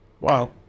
Wow